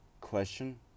question